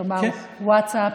כלומר: ווטסאפ,